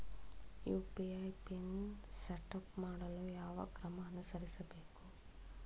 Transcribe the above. UPI pin setup ಮಾಡಲು ಯಾವ ಕ್ರಮ ಅನುಸರಿಸಬೇಕು?